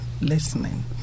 listening